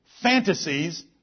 fantasies